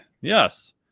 yes